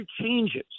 changes